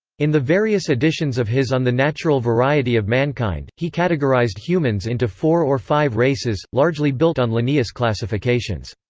in the various editions of his on the natural variety of mankind, he categorized humans into four or five races, largely built on linnaeus' classifications.